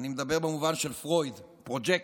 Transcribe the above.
אני מדבר במובן של פרויד, Projection,